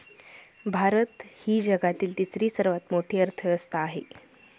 भारत ही जगातील तिसरी सर्वात मोठी अर्थव्यवस्था आहे